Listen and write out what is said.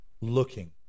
looking